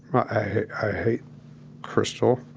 i hate crystal.